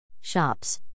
shops